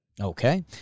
Okay